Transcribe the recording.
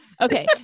Okay